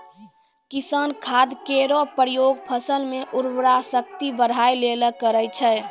किसान खाद केरो प्रयोग फसल म उर्वरा शक्ति बढ़ाय लेलि करै छै